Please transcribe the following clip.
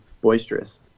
boisterous